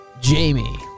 Jamie